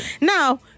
now